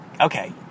Okay